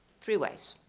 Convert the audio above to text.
three ways,